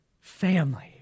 family